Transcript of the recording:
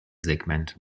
segment